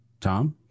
Tom